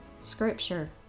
Scripture